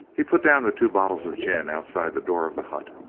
he put down the two bottles of gin outside the door of the hut,